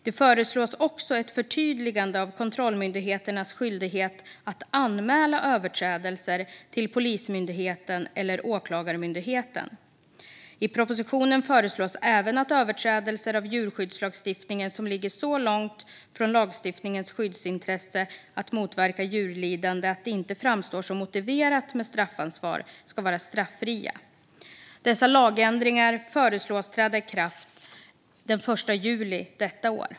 Det föreslås ett förtydligande av kontrollmyndigheternas skyldighet att anmäla överträdelser till Polismyndigheten eller Åklagarmyndigheten. I propositionen föreslås även att överträdelser av djurskyddslagstiftningen som ligger så långt från lagstiftningens skyddsintresse att motverka djurlidande att det inte framstår som motiverat med straffansvar ska vara straffria. Dessa lagändringar föreslås träda i kraft den 1 juli i år.